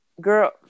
girl